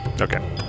okay